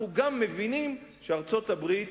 אנחנו גם מבינים שארצות-הברית,